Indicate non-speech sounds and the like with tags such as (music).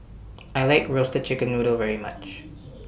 (noise) I like Roasted Chicken Noodle very much